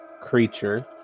creature